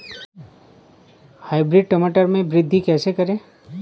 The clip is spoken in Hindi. हाइब्रिड टमाटर में वृद्धि कैसे करें?